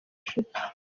inshuti